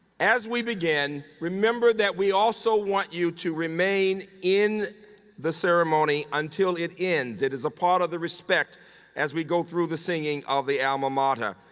as we begin, remember that we also want you to remain in the ceremony until it ends. it is a part of the respect as we go through the singing of the alma mater.